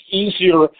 easier